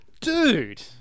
Dude